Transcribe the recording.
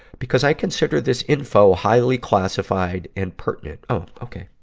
because i consider this info highly classified and pertinent. oh, okay.